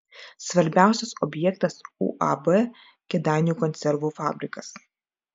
svarbiausias objektas uab kėdainių konservų fabrikas